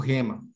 Rema